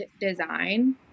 Design